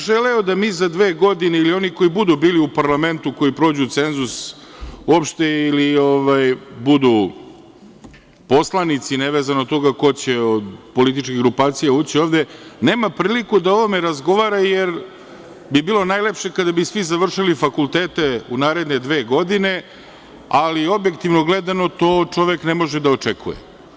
Želeo bih da mi za dve godine, ili oni koji budu u parlamentu, koji prođu cenzus uopšte, ili budu poslanici, nevezano od toga ko će od političkih grupacija ući ovde, nema priliku da o ovome razgovara, jer bi bilo najlepše kada bi svi završili fakultete u naredne dve godine, ali, objektivno gledano, to čovek ne može da očekuje.